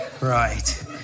Right